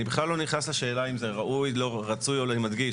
אני מדגיש,